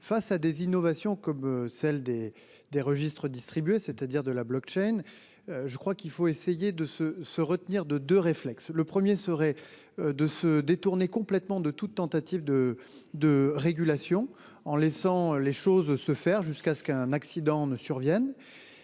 face à des innovations comme celles des des registres distribués, c'est-à-dire de la blockchain. Je crois qu'il faut essayer de se se retenir de de réflexe, le premier serait. De se détourner complètement de toute tentative de de régulation en laissant les choses se faire jusqu'à ce qu'un accident ne survienne.